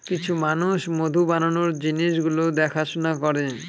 কিছু মানুষ মধু বানানোর জিনিস গুলো দেখাশোনা করে